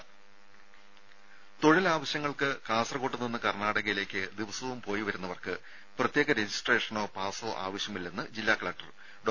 രുമ തൊഴിൽ ആവശ്യങ്ങൾക്ക് കാസർകോട്ടു നിന്ന് കർണ്ണാടകയിലേക്ക് ദിവസവും പോയി വരുന്നവർക്ക് പ്രത്യേക രജിസ്ട്രേഷനോ പാസോ ആവശ്യമില്ലെന്ന് ജില്ലാ കലക്ടർ ഡോ